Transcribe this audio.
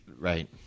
Right